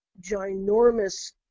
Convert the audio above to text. ginormous